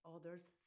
Others